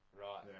Right